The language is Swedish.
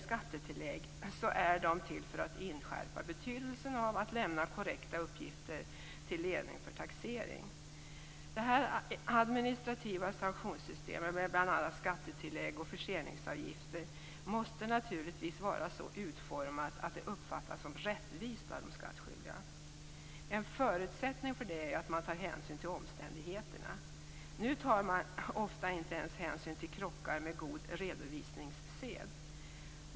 Skattetilläggen är till för att inskärpa betydelsen av att lämna korrekta uppgifter till ledning för taxering. De administrativa sanktionssystemen med bl.a. skattetillägg och förseningsavgifter måste naturligtvis vara så utformade att de uppfattas som rättvisa av de skattskyldiga. En förutsättning för det är att man tar hänsyn till omständigheterna. Nu tar man ofta inte ens hänsyn till krockar med god redovisningssed.